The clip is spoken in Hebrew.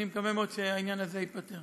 אני מקווה מאוד שהעניין הזה ייפתר.